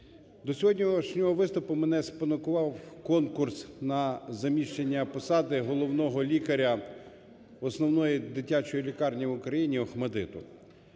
До сьогоднішнього виступу мене спонукував конкурс на заміщення посади головного лікаря основної дитячої лікарні в Україні "ОХМАТДИТу".